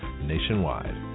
nationwide